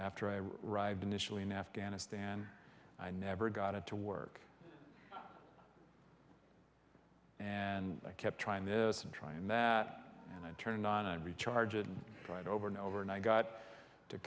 after i ride initially in afghanistan i never got it to work and i kept trying this and try and that and i turned on and recharge it right over and over and i got to